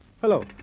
Hello